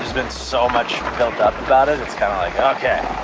been so much built up about it, it's kinda like ok,